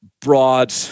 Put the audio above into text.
broad